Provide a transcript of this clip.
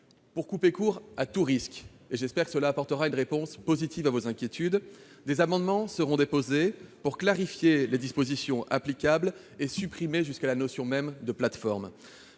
pour couper court à tout risque. J'espère que cette précision apaisera vos inquiétudes. Des amendements seront déposés pour clarifier les dispositions applicables et supprimer jusqu'à la notion même de plateforme.